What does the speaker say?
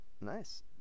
Nice